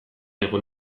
egon